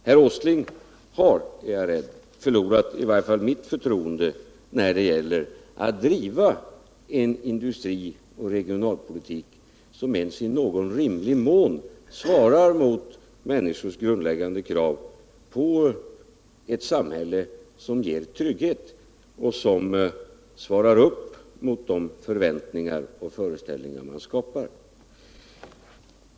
Herr Åsling har, tyvärr, förlorat i varje fall mitt förtroende när det gäller att driva en industrioch regionalpolitik, som ens i rimlig mån svarar mot våra grundläggande krav på ett samhälle, som ger trygghet, och mot de förväntningar och föreställningar vi skapar.